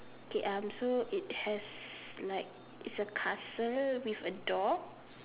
okay um so it has like it's a castle with a door